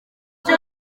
cyo